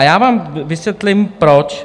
Já vám vysvětlím proč.